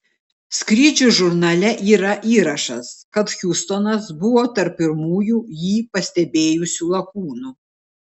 skrydžių žurnale yra įrašas kad hiustonas buvo tarp pirmųjų jį pastebėjusių lakūnų